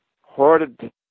hoarded